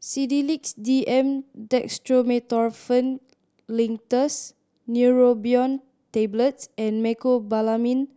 Sedilix D M Dextromethorphan Linctus Neurobion Tablets and Mecobalamin